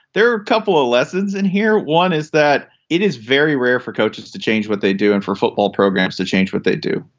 there are a couple of lessons in here. one is that it is very rare for coaches to change what they do in four football programs to change what they do.